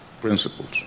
principles